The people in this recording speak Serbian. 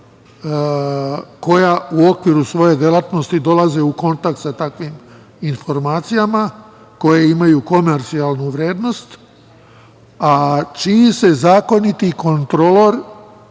koja u okviru svoje delatnosti dolaze u kontakt sa takvim informacijama, koje imaju komercijalnu vrednost, a čiji je zakoniti kontrolor